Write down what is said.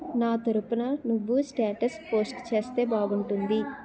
నా తరపున నువ్వు స్టేటస్ పోస్ట్ చేస్తే బాగుంటుంది